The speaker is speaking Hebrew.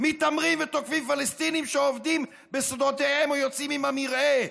מתעמרים ותוקפים פלסטינים שעובדים בשדותיהם או יוצאים עם המרעה,